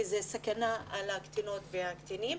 כי זו סכנה לקטינות ולקטינים.